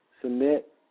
submit